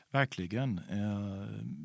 verkligen